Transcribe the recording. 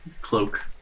cloak